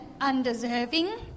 undeserving